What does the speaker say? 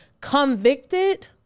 convicted